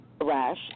rash